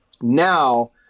now